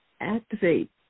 activate